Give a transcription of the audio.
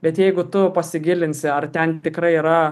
bet jeigu tu pasigilinsi ar ten tikrai yra